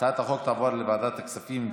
ההצעה לסדר-היום תעבור לוועדת הכספים.